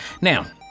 Now